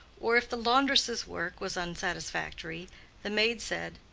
or if the laundress's work was unsatisfactory, the maid said,